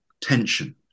tension